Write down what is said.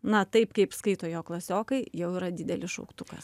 na taip kaip skaito jo klasiokai jau yra didelis šauktukas